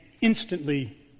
instantly